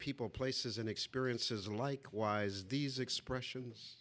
people places and experiences and likewise these expressions